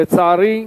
לצערי,